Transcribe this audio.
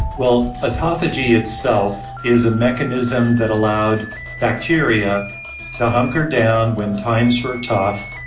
well, autophagy itself is a mechanism that allowed bacteria to hunker down when times were tough,